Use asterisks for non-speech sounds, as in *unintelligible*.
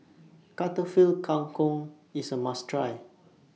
*unintelligible* Kang Kong IS A must Try